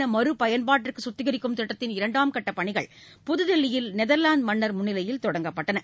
India மறுபயன்பாட்டிற்கு கத்திகரிக்கும் திட்டத்தின் இரண்டாம்கட்டப் பணிகள் புதுதிலியில் நெதர்வாந்து மன்னர் முன்னிலையில் தொடங்கப்பட்டது